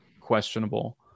questionable